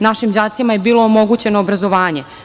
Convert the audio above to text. Našim đacima je bilo omogućeno obrazovanje.